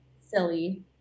silly